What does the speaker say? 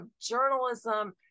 journalism